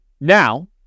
Now